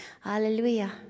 Hallelujah